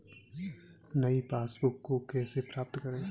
नई पासबुक को कैसे प्राप्त करें?